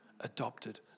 adopted